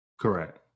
Correct